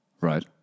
Right